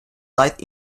light